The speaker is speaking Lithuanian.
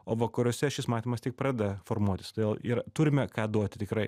o vakaruose šis matymas tik pradeda formuotis todėl ir turime ką duoti tikrai